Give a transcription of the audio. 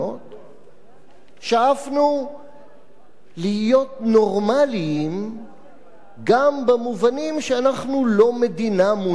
שאפנו להיות נורמליים גם במובנים שאנחנו לא מדינה מונעת אידיאולוגיה,